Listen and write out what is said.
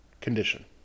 condition